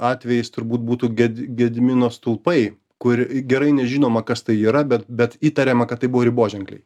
atvejis turbūt būtų ged gedimino stulpai kur gerai nežinoma kas tai yra bet bet įtariama kad tai buvo riboženkliai